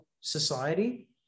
society